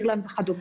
אירלנד וכדומה.